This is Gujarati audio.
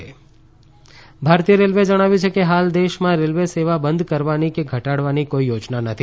ભારતીય રેલવે ભારતીય રેલવેએ જણાવ્યું છે કે હાલ દેશમાં રેલવે સેવા બંધ કરવાની કે ઘટાડવાની કોઈ યોજના નથી